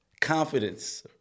confidence